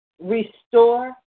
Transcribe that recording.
restore